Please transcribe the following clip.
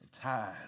tithes